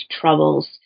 troubles